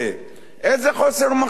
איזה חוסר מחשבה?